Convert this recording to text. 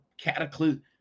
cataclysm